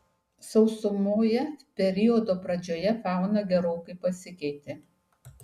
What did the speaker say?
sausumoje periodo pradžioje fauna gerokai pasikeitė